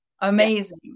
Amazing